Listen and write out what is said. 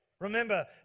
Remember